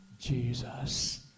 Jesus